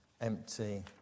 empty